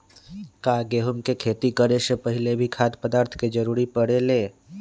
का गेहूं के खेती करे से पहले भी खाद्य पदार्थ के जरूरी परे ले?